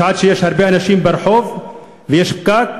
בשעה שיש הרבה אנשים ברחוב ויש פקק,